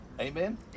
Amen